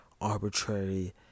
arbitrary